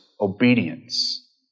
obedience